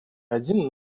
один